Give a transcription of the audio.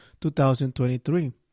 2023